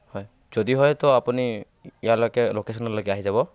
হয় যদি হয় ত' আপুনি ইয়ালৈকে লকেচনলৈকে আহি যাব